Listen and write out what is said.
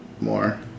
more